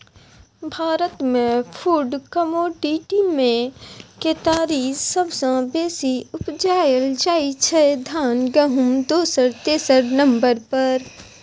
भारतमे फुड कमोडिटीमे केतारी सबसँ बेसी उपजाएल जाइ छै धान गहुँम दोसर तेसर नंबर पर